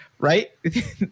Right